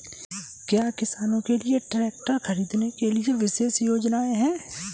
क्या किसानों के लिए ट्रैक्टर खरीदने के लिए विशेष योजनाएं हैं?